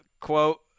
quote